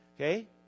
Okay